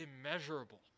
immeasurable